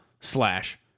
slash